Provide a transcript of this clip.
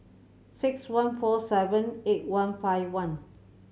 six one four seven eight one five one